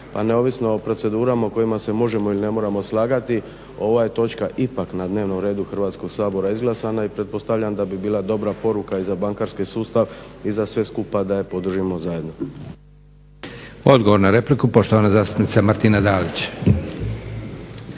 neovisno o procedurama s kojima se možemo ili ne moramo slagati, ova je točka ipak na dnevnom redu Hrvatskog sabora izglasana i pretpostavljam da bi bila dobra poruka i za bankarski sustav i za sve skupa da je podržimo zajedno. **Leko, Josip (SDP)** Odgovor na repliku poštovana zastupnica Martina Dalić.